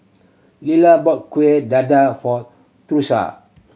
Lila bought Kueh Dadar for Tusha